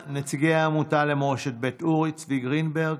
נציגי העמותה למורשת בית אורי צבי גרינברג,